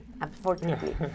unfortunately